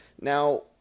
Now